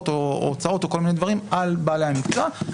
או הוצאות או כל מיני דברים על בעלי המקצוע.